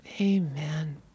Amen